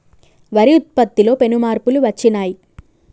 వరి ఉత్పత్తిలో పెను మార్పులు వచ్చినాయ్